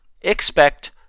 expect